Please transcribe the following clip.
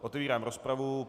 Otevírám rozpravu.